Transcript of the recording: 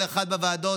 כל אחד בוועדות,